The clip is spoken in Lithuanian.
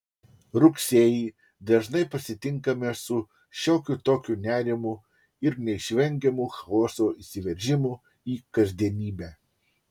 rugsėjį dažnai pasitinkame su šiokiu tokiu nerimu ir neišvengiamu chaoso įsiveržimu į kasdienybę